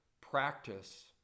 practice